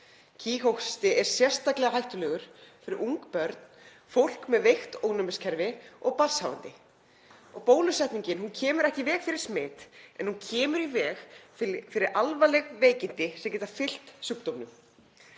Kíghósti er sérstaklega hættulegur fyrir ung börn, fólk með veikt ónæmiskerfi og barnshafandi. Bólusetningin kemur ekki í veg fyrir smit en hún kemur í veg fyrir alvarleg veikindi sem geta fylgt sjúkdómum.